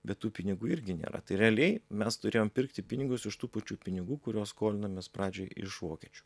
bet tų pinigų irgi nėra tai realiai mes turėjom pirkti pinigus iš tų pačių pinigų kuriuos skolinomės pradžioj iš vokiečių